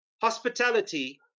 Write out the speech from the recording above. Hospitality